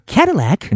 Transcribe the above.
Cadillac